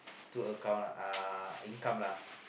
two account uh income lah